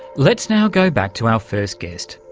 let's now go back to our first guest,